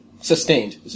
Sustained